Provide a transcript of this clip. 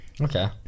Okay